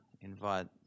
invite